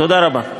תודה רבה.